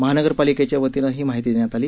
महानगपालिकेच्या वतीनं ही माहिती देण्यात आली